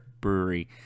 brewery